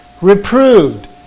reproved